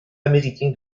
américain